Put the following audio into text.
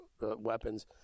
weapons